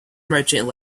merchant